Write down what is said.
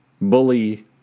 bully